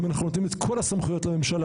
אם אנחנו נותנים את כל הסמכויות לממשלה,